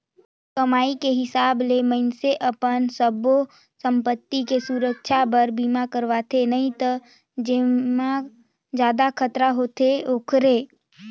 कमाई के हिसाब ले मइनसे अपन सब्बो संपति के सुरक्छा बर बीमा करवाथें नई त जेम्हे जादा खतरा होथे ओखरे